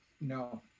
No